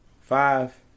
Five